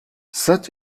such